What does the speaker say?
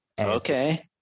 Okay